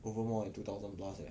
over more than two thousand plus leh